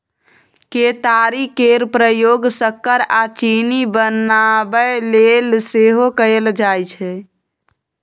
केतारी केर प्रयोग सक्कर आ चीनी बनाबय लेल सेहो कएल जाइ छै